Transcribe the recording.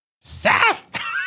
Seth